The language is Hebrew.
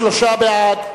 33 בעד,